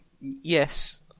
yes